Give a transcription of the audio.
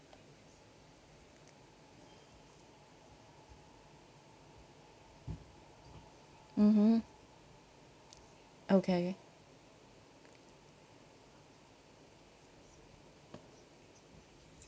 mmhmm okay